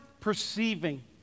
perceiving